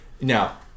Now